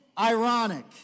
ironic